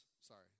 Sorry